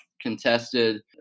contested